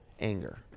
anger